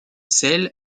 celle